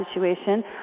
situation